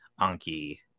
Anki